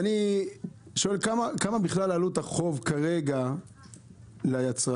אני שואל כמה בכלל עלות החוב כרגע ליצרנים.